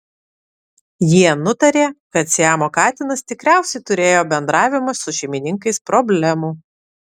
jie nutarė kad siamo katinas tikriausiai turėjo bendravimo su šeimininkais problemų